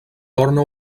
torna